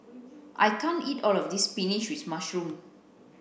I can't eat all of this spinach with mushroom